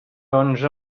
onze